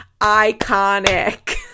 Iconic